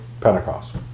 Pentecost